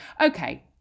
okay